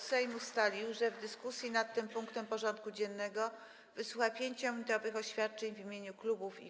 Sejm ustalił, że w dyskusji nad tym punktem porządku dziennego wysłucha 5-minutowych oświadczeń w imieniu klubów i kół.